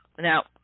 Now